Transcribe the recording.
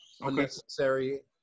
unnecessary